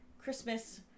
Christmas